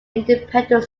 independent